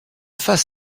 face